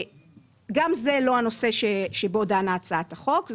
גם זה לא הנושא שבו דנה הצעת החוק.